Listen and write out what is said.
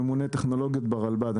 ממונה טכנולוגיות ברלב"ד.